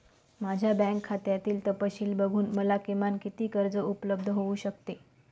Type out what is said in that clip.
माझ्या बँक खात्यातील तपशील बघून मला किमान किती कर्ज उपलब्ध होऊ शकते?